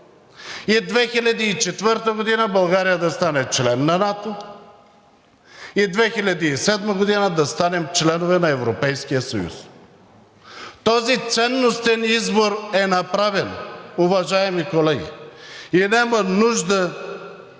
и 2004 г. България да стане член на НАТО, и 2007 г. да станем членове на Европейския съюз. Този ценностен избор е направен, уважаеми колеги, и няма нужда